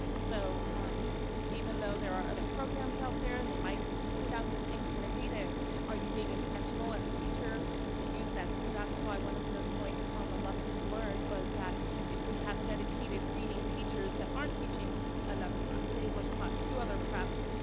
so even though there are other programs out there and they might spit out the same kind of data, it's are you being intentional as a teacher to use that. so that's why one of the points on the lessons learned was that if we have dedicating reading teachers that aren't teaching another class, an english class, two other preps,